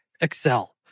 Excel